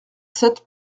sept